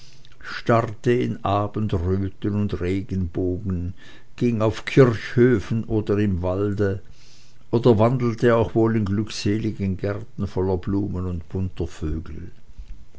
in abendröten und regenbogen ging auf kirchhöfen oder im walde oder wandelte auch wohl in glückseligen gärten voll blumen und bunter vögel